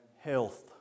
Health